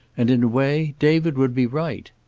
and, in a way, david would be right.